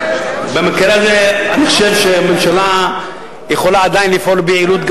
במקרה הזה אני חושב שהממשלה יכולה עדיין לפעול ביעילות,